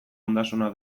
ondasuna